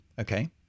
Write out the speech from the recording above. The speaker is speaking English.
Okay